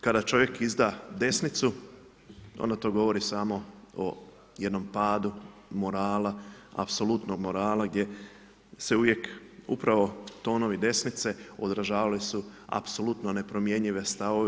Kada čovjek izda desnicu, onda to govori samo o jednom padu morala, apsolutnog morala gdje se uvijek upravo tonovi desnice odražavali su apsolutno nepromjenjive stavove.